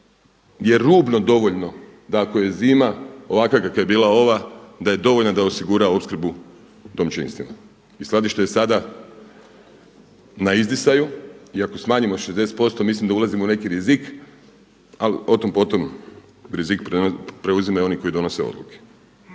je rubno dovoljno, da ako je zima ovakva kakva je bila ova da je dovoljna da osigura opskrbu domaćinstvima. I skladište je sada na izdisaju. I ako smanjimo 60% mislim da ulazimo u neki rizik, ali o tom, po tom. Rizik preuzimaju oni koji donose odluke.